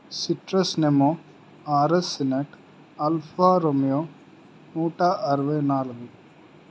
citrus Nemo R S సినట్ Alfa Romeo నూట అరవై నాలుగు